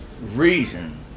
reason